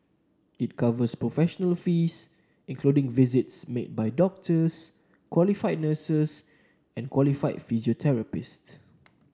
it covers professional fees including visits made by doctors qualified nurses and qualified physiotherapists